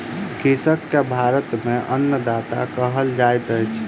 कृषक के भारत में अन्नदाता कहल जाइत अछि